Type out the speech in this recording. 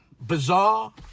bizarre